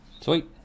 Sweet